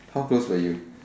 how close were you